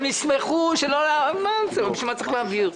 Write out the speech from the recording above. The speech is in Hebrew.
הם ישמחו שלא, בשביל מה צריך להעביר.